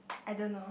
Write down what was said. I don't know